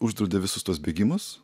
uždraudė visus tuos bėgimus